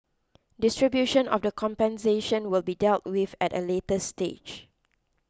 distribution of the compensation will be dealt with at a later stage